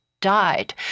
died